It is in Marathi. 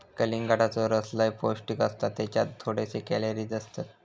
कलिंगडाचो रस लय पौंष्टिक असता त्येच्यात थोडेच कॅलरीज असतत